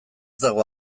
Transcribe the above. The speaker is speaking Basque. dago